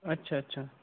अच्छा अच्छा